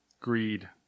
Greed